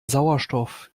sauerstoff